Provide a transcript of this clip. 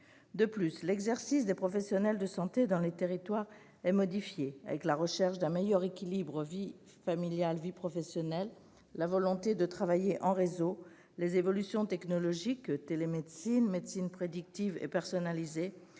De plus, l'exercice des professionnels de santé dans les territoires est modifié, avec la recherche d'un meilleur équilibre entre vie familiale et vie professionnelle, la volonté de travailler en réseau, les évolutions technologiques- télémédecine, médecine prédictive et personnalisée